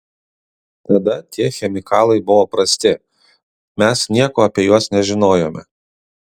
tada tie chemikalai buvo prasti mes nieko apie juos nežinojome